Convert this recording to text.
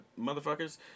motherfuckers